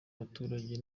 abaturage